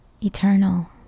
eternal